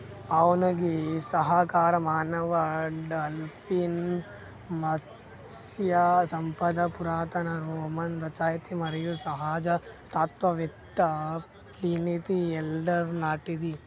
అవును గీ సహకార మానవ డాల్ఫిన్ మత్స్య సంపద పురాతన రోమన్ రచయిత మరియు సహజ తత్వవేత్త ప్లీనీది ఎల్డర్ నాటిది